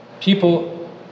People